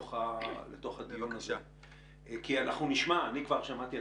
לתוך הדיון כי אני כבר שמעתי,